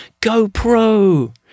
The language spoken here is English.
GoPro